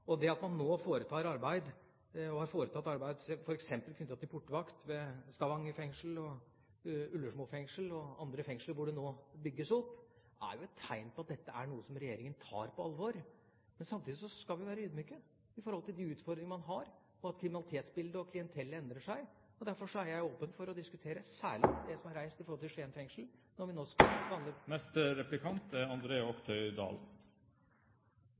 Og det at man nå foretar arbeid, og har foretatt arbeid, f.eks. knyttet til portvakt ved Stavanger fengsel og Ullersmo fengsel og andre fengsel, hvor det nå bygges opp, er jo et tegn på at dette er noe som regjeringa tar på alvor. Men samtidig skal vi være ydmyke i forhold til de utfordringene man har, og til at kriminalitetsbildet og klientellet endrer seg. Derfor er jeg åpen for å diskutere dette, særlig det som er reist i forhold til Skien fengsel, når vi nå skal behandle